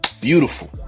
beautiful